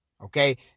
Okay